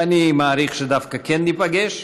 ואני מעריך שדווקא כן ניפגש,